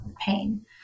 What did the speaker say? pain